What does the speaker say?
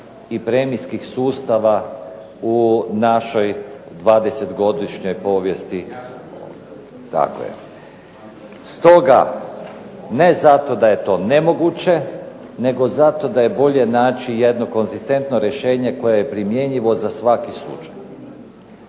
i premijskih sustava u našoj 20-godišnjoj povijesti, tako je. Stoga, ne zato da je to nemoguće nego zato da je bolje naći jedno konzistentno rješenje koje je primjenjivo za svaki slučaj.